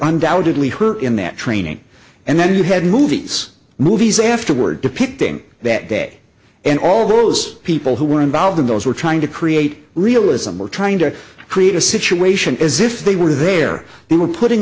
undoubtedly her in that training and then you had movies movies afterward depicting that day and all those people who were involved in those were trying to create realism were trying to create a situation as if they were there they were putting